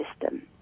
system